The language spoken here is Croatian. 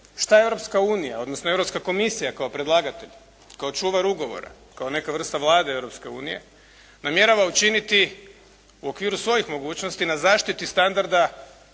što Europska unija odnosno Europska komisija kao predlagatelj, kao čuvar ugovora, kao neka vrsta Vlade Europske unije namjerava učiniti u okviru svojih mogućnosti na zaštiti standarda